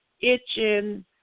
itching